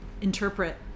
interpret